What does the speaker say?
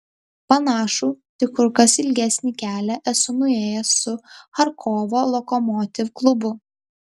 panašų tik kur kas ilgesnį kelią esu nuėjęs su charkovo lokomotiv klubu